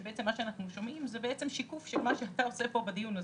שאנחנו שומעים זה בעצם שיקוף של מה שאתה עושה כאן בדיון הזה,